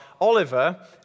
Oliver